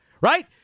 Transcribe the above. right